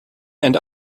and